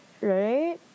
Right